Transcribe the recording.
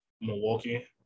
Milwaukee